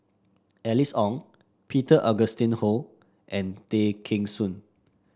Alice Ong Peter Augustine Goh and Tay Kheng Soon